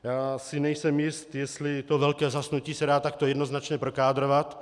Já si nejsem jist, jestli to velké zhasnutí se dá takto jednoznačně prokádrovat.